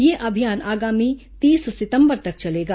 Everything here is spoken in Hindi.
यह अभियान आगामी तीस सितंबर तक चलेगा